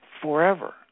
forever